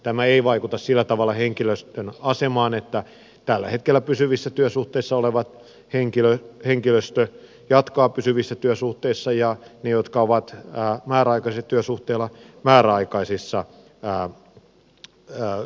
tämä ei vaikuta sillä tavalla henkilöstön asemaan koska tällä hetkellä pysyvissä työsuhteissa oleva henkilöstö jatkaa pysyvissä työsuhteissa ja ne jotka ovat määräaikaisilla työsuhteilla jatkavat määräaikaisissa työsuhteissa